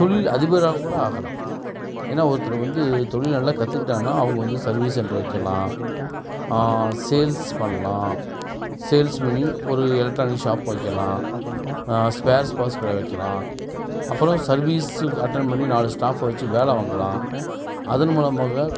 தொழில் அதிபராக்கூட ஆகலாம் ஏன்னா ஒருத்தரு வந்து தொழில் நல்லா கத்துகிட்டானா அவங்க வந்து சர்வீஸ் சென்டர் வைக்கலாம் சேல்ஸ் பண்ணலாம் சேல்ஸ் மீனிங் ஒரு எலெக்ட்ரானிக் ஷாப் வைக்கலாம் ஸ்பார் ஸ்பார்ட்ஸ் கடை வைக்கலாம் அப்புறம் சர்வீஸ் அட்டென்ட் பண்ணி நாலு ஸ்டாஃப் வச்சி வேலை வாங்கலாம் அதன் மூலமாக